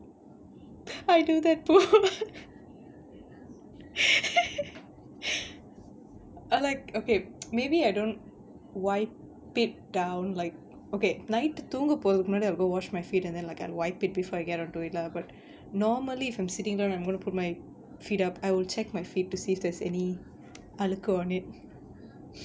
I do that too I like okay maybe I don't wipe it down like okay night தூங்க போறதுக்கு முன்னாடி:thoonga porathukku munnadi I'll go wash my feet and then like I wipe it before I get onto it lah but normally if I'm sitting down and I'm going to put my feet up I will check my feet to see if there is any article on it